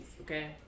Okay